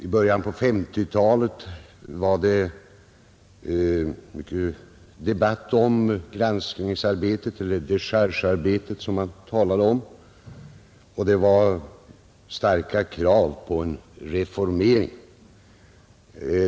I början på 1950-talet var det debatt om granskningsarbetet, eller dechargearbetet som man talade om, och det var starka krav på en reformering.